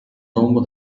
东部